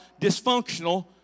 dysfunctional